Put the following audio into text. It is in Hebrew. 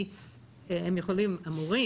הן אמורות,